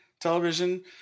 Television